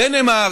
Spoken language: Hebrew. דנמרק,